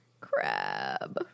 Crab